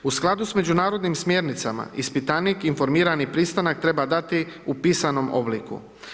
U skladu s međunarodnim smjernicama, ispitanik informirani pristanak treba dati u pisanom obliku.